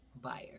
buyer